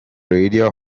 radio